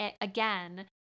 again